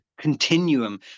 continuum